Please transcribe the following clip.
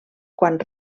quan